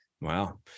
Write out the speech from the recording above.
Wow